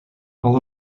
all